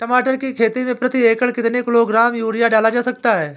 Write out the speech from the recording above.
टमाटर की खेती में प्रति एकड़ कितनी किलो ग्राम यूरिया डाला जा सकता है?